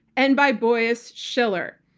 and by boies schiller.